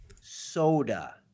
soda